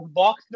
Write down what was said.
box